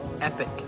Epic